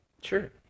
Sure